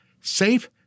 Safe